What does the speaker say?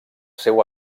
seu